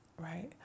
Right